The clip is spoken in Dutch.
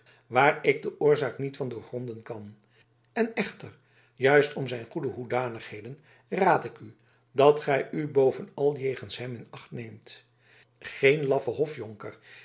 waar ik de oorzaak niet van doorgronden kan en echter juist om zijn goede hoedanigheden raad ik u dat gij u bovenal jegens hem in acht neemt geen laffe hofjonker